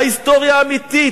ההיסטוריה האמיתית,